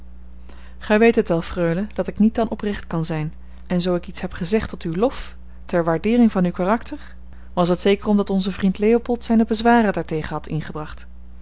gij weet het wel freule dat ik niet dan oprecht kan zijn en zoo ik iets heb gezegd tot uw lof ter waardeering van uw karakter was het zeker omdat onze vriend leopold zijne bezwaren daartegen had ingebracht